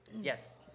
Yes